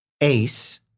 Ace